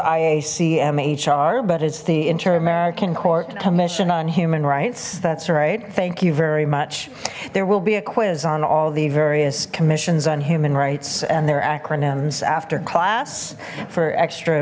cmhr but it's the inter american court commission on human rights that's right thank you very much there will be a quiz on all the various commission's on human rights and their acronyms after class for extra